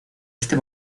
este